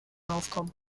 aufkommen